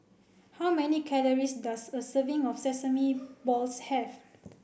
how many calories does a serving of Sesame Balls have